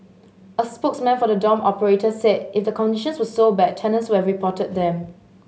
a spokesman for the dorm operator said if the conditions were so bad tenants would have reported them